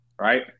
right